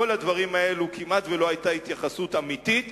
לכל הדברים האלה כמעט שלא היתה התייחסות אמיתית,